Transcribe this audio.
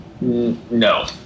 No